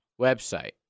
website